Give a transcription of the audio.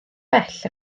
bell